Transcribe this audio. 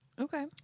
Okay